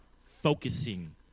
focusing